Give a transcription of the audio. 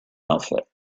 outfit